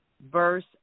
Verse